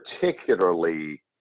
particularly